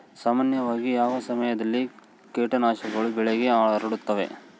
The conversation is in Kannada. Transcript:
ಸಾಮಾನ್ಯವಾಗಿ ಯಾವ ಸಮಯದಲ್ಲಿ ಕೇಟನಾಶಕಗಳು ಬೆಳೆಗೆ ಹರಡುತ್ತವೆ?